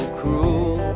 cruel